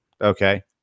Okay